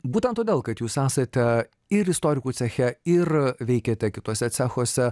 būtent todėl kad jūs esate ir istorikų ceche ir veikiate kituose cechuose